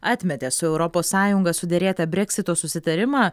atmetė su europos sąjunga suderėtą breksito susitarimą